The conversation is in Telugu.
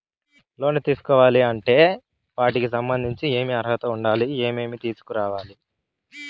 లోను తీసుకోవాలి అంటే వాటికి సంబంధించి ఏమి అర్హత ఉండాలి, ఏమేమి తీసుకురావాలి